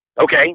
Okay